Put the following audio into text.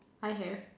I have